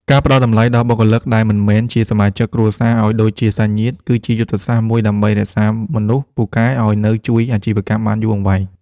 ការផ្តល់តម្លៃដល់បុគ្គលិកដែលមិនមែនជាសមាជិកគ្រួសារឱ្យដូចជាសាច់ញាតិ គឺជាយុទ្ធសាស្ត្រមួយដើម្បីរក្សាមនុស្សពូកែឱ្យនៅជួយអាជីវកម្មបានយូរអង្វែង។